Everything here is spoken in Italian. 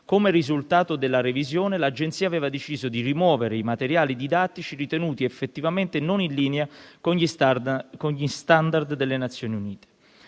Come risultato della revisione, l'Agenzia aveva deciso di rimuovere i materiali didattici ritenuti effettivamente non in linea con gli standard delle Nazioni Unite.